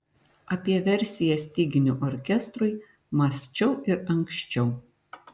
apie versiją styginių orkestrui mąsčiau ir anksčiau